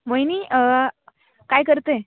मोहिनी काय करते आहे